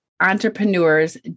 entrepreneurs